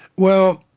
well,